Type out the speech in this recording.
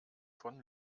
von